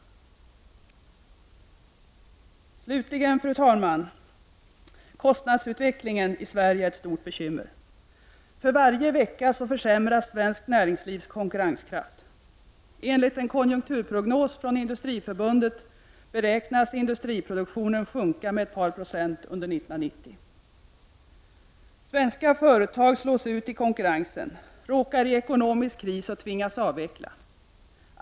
Slutligen, fru talman, kostnadsutvecklingen i Sverige är ett stort bekym mer. För varje vecka försämras svenskt näringslivs konkurrenskraft. Enligt en konjunktursprognos från Industriförbundet beräknas industriproduktionen sjunka med ett par procent under 1990. Svenska företag slås ut i konkurrensen, råkar i ekonomisk kris och tvingas att avveckla.